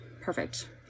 Perfect